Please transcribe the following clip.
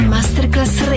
Masterclass